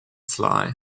fly